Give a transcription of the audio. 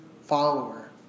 follower